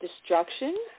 destruction